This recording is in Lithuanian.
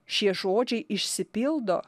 šie žodžiai išsipildo